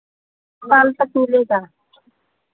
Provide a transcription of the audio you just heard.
कल तक मिलेगा